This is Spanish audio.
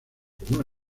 una